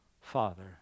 Father